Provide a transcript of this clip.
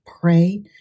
pray